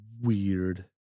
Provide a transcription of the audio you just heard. weird